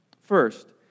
First